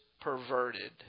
perverted